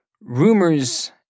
rumors